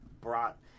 brought